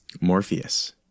Morpheus